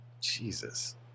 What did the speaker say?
Jesus